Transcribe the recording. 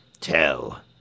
Tell